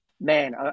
man